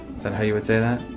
is that how you would say that?